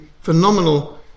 phenomenal